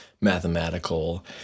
mathematical